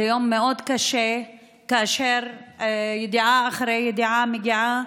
זה יום מאוד קשה כאשר ידיעה אחרי ידיעה מגיעה,